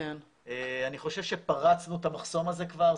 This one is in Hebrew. אני חושב שפרצנו את המחסום הזה כבר.